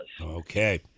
Okay